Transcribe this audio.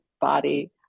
body